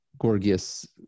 Gorgias